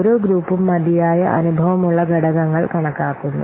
ഓരോ ഗ്രൂപ്പും മതിയായ അനുഭവമുള്ള ഘടകങ്ങൾ കണക്കാക്കുന്നു